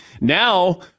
Now